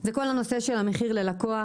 זה כל הנושא של המחיר ללקוח.